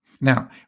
Now